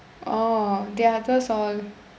oh the others all